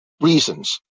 reasons